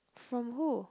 from who